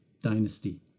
dynasty